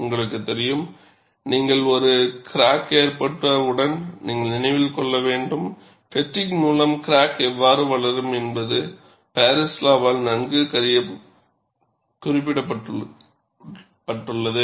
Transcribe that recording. உங்களுக்குத் தெரியும் நீங்கள் ஒரு கிராக் ஏற்பட்டவுடன் நீங்கள் நினைவில் கொள்ள வேண்டும்ஃப்பெட்டிக் மூலம் கிராக் எவ்வாறு வளரும் என்பது பாரிஸ் லா வால் நன்கு குறிப்பிடப்படுகிறது